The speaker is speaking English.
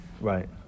Right